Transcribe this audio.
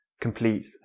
complete